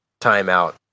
timeout